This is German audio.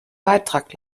beitrag